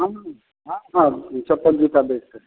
हाँ हाँ चप्पल जूता बेचते हैं